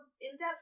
in-depth